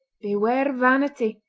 beware vanity!